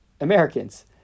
Americans